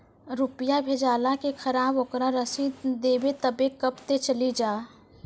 रुपिया भेजाला के खराब ओकरा रसीद देबे तबे कब ते चली जा?